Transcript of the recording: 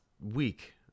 week